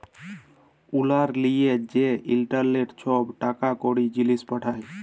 উয়ার লিয়ে যে ইলটারলেটে ছব টাকা কড়ি, জিলিস পাঠায়